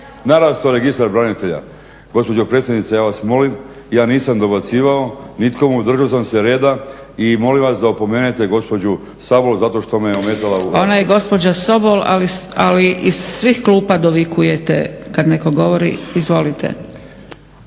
/Upadice se ne razumiju./… Gospođo potpredsjednice ja vas molim, ja nisam dobacivao nikomu, držao sam se reda i molim vas da opomenete gospođu Sabol zato što me ometala u raspravi. **Zgrebec, Dragica (SDP)** Ona je gospođa Sobol, ali iz svih klupa dovikujete kad netko govori. Izvolite.